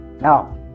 Now